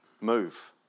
move